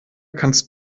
kannst